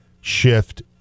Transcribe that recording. shift